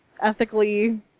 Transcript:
ethically